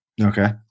Okay